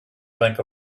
think